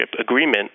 agreement